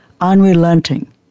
unrelenting